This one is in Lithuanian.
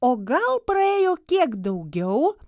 o gal praėjo kiek daugiau